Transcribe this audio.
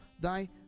thy